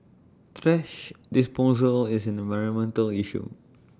thrash disposal is an environmental issue